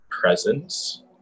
presence